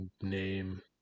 name